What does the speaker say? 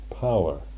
Power